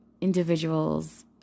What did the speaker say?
individuals